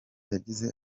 yagize